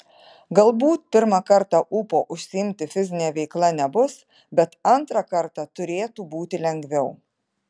galbūt pirmą kartą ūpo užsiimti fizine veikla nebus bet antrą kartą turėtų būti lengviau